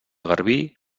garbí